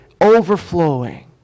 overflowing